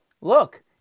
look